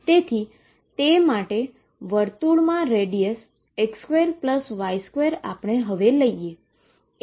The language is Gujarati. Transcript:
તેથી તે માટે વર્તુળની રેડીઅસ X2Y2 આપણે લઈએ